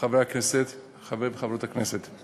חברי וחברות הכנסת,